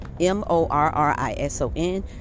m-o-r-r-i-s-o-n